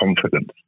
confidence